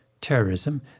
terrorism